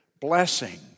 blessing